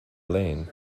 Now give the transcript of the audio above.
lane